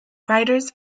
riders